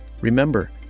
Remember